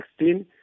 2016